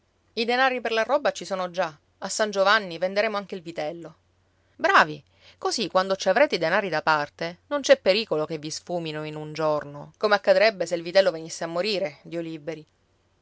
i denari per la roba ci sono già a san giovanni venderemo anche il vitello bravi così quando ci avrete i denari da parte non c'è pericolo che vi sfumino in un giorno come accadrebbe se il vitello venisse a morire dio liberi